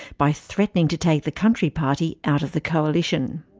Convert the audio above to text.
by threatening to take the country party out of the coalition.